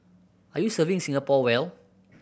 are you serving Singapore well